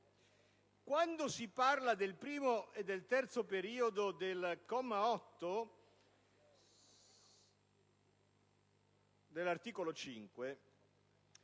soppressione del primo e del terzo periodo del comma 8 dell'articolo 5,